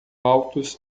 altos